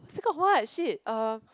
still got what shit uh